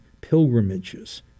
pilgrimages